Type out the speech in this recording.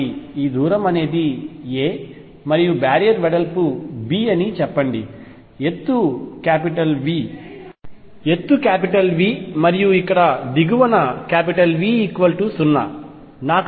కాబట్టి ఈ దూరం అనేది a మరియు బ్యారియర్ వెడల్పు b అని చెప్పండి ఎత్తు V మరియు ఇక్కడ దిగువన V 0